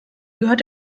gehört